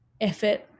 effort